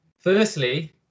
Firstly